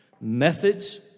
methods